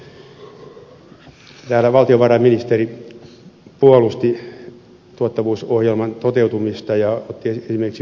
valtiovarainministeri puolusti tuottavuusohjelman toteutumista ja otti esimerkiksi verohallinnon